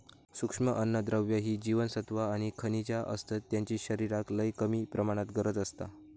सूक्ष्म अन्नद्रव्य ही जीवनसत्वा आणि खनिजा असतत ज्यांची शरीराक लय कमी प्रमाणात गरज असता